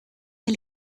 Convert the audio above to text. del